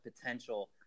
potential